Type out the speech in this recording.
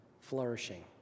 flourishing